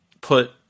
put